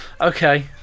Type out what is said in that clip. Okay